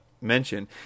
mention